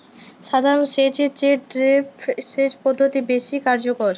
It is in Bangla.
সাধারণ সেচ এর চেয়ে ড্রিপ সেচ পদ্ধতি বেশি কার্যকর